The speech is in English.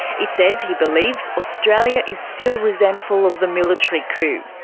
it says he believes australia is still resentful of the military coup.